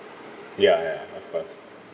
ya ya of course